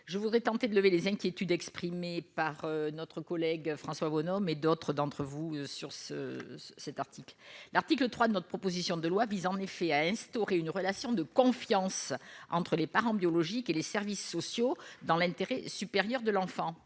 je voudrais tenter de lever les inquiétudes exprimées par notre collègue François Bonhomme et d'autres d'entre vous sur ce cet article, l'article 3 de notre proposition de loi vise en effet à instaurer une relation de confiance entre les parents biologiques et les services sociaux, dans l'intérêt supérieur de l'enfant,